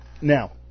now